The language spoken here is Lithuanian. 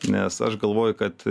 nes aš galvoju kad